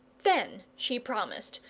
then she promised,